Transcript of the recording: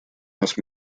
нас